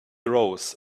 rose